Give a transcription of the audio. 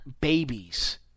babies